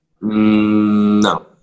No